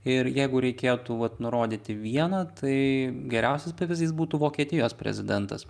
ir jeigu reikėtų vat nurodyti vieną tai geriausias pavyzdys būtų vokietijos prezidentas